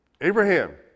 Abraham